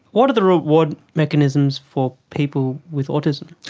what are the reward mechanisms for people with autism?